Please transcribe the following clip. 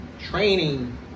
training